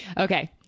Okay